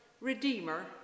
Redeemer